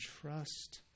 trust